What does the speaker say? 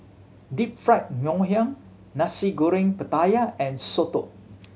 Deep Fried Ngoh Hiang Nasi Goreng Pattaya and soto